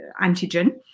antigen